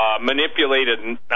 manipulated